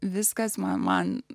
viskas man man